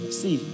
see